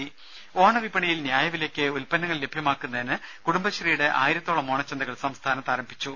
രുദ ഓണവിപണിയിൽ ന്യായവിലയ്ക്ക് ഉത്പന്നങ്ങൾ ലഭ്യമാക്കുന്നതിന് കുടുംബശ്രീയുടെ ആയിരത്തോളം ഓണച്ചന്തകൾ സംസ്ഥാനത്ത് ആരംഭിച്ചു